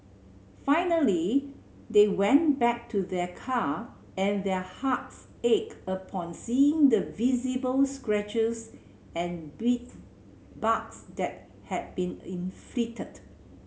finally they went back to their car and their hearts ached upon seeing the visible scratches and bit barks that had been inflicted